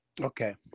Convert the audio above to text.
Okay